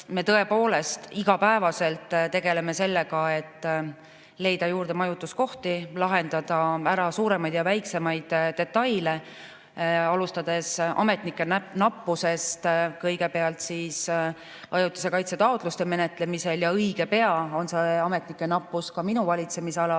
Me tõepoolest iga päev tegeleme sellega, et leida juurde majutuskohti, lahendada ära suuremaid ja väiksemaid probleeme, alustades ametnike nappusest ajutise kaitse taotluste menetlemisel. Ja õige pea on ametnike nappus ka minu valitsemisalas,